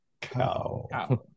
cow